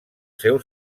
seu